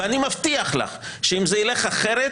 ואני מבטיח לך שאם זה ילך אחרת,